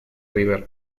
river